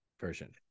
version